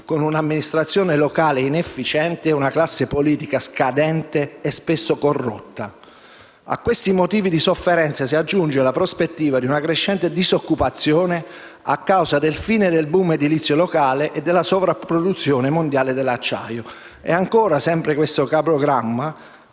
con un'amministrazione locale inefficiente e una classe politica scadente e spesso corrotta. A questi motivi di sofferenza si aggiunge la prospettiva di una crescente disoccupazione a causa della fine del *boom* edilizio locale e della sovrapproduzione mondiale dell'acciaio». Ancora, sempre secondo questo cablogramma: